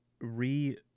re